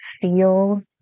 feel